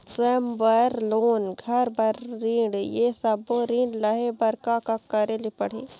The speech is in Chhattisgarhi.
स्वयं बर लोन, घर बर ऋण, ये सब्बो ऋण लहे बर का का करे ले पड़ही?